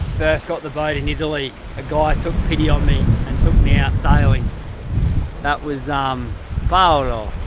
first got the boat in italy a guy took pity on me and took me out sailing that was umm paulo!